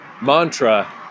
Mantra